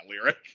lyric